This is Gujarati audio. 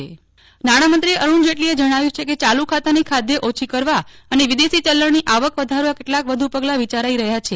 નેહલ ઠક્કર નાણામંત્રી નાણામંત્રી અરૂણ જેટલીએ જણાવ્યું છે કે ચાલુ ખાતાની ખાધ ઓછી કરવા અને વિદેશી ચલણની આવક વધારવા કેટલાક વધુ પગલા વિચારાઈ રહ્યા છે